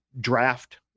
draft